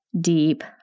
deep